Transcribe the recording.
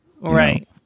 Right